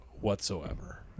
whatsoever